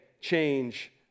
change